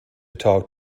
talk